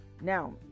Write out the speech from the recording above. Now